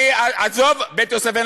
אני, בית-יוסף זה לא רבנות.